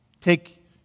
Take